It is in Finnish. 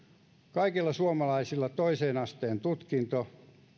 kaikilla suomalaisilla toisen asteen tutkinto